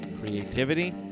Creativity